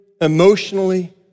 emotionally